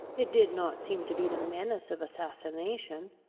it did not seem to be the menace of assassination.